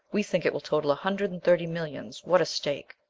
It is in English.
we think it will total a hundred and thirty millions. what a stake!